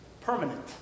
permanent